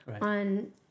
on